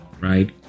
right